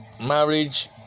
Marriage